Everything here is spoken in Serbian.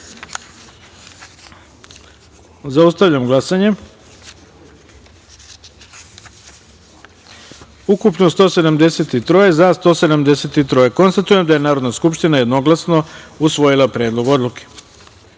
taster. Zaustavljam glasanje: ukupno - 173, za - 173.Konstatujem da je Narodna skupština jednoglasno usvojila Predlog odluke. Dame